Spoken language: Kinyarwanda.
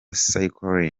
cycling